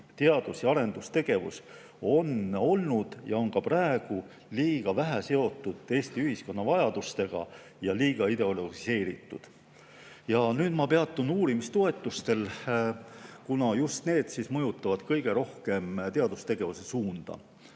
teadus‑ ja arendustegevus on olnud ja on ka praegu liiga vähe seotud Eesti ühiskonna vajadustega ja liiga ideologiseeritud. Nüüd ma peatun uurimistoetustel, kuna just need mõjutavad kõige rohkem teadustegevuse suunda.